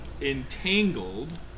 entangled